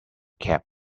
cap